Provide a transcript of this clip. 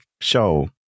show